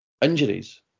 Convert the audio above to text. injuries